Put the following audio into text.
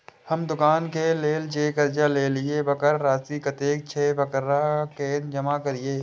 हम दुकान के लेल जे कर्जा लेलिए वकर राशि कतेक छे वकरा केना जमा करिए?